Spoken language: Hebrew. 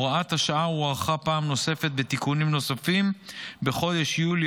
הוראת השעה הוארכה פעם נוספת בתיקונים נוספים בחודש יולי